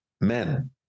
men